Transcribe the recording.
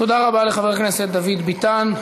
תודה רבה לחבר הכנסת דוד ביטן.